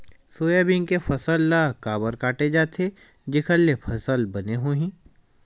Soybean के फसल ल काबर काटे जाथे जेखर ले फसल बने होही?